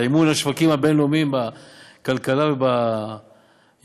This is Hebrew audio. אל מול השווקים הבין-לאומיים בכלכלה וביזמות,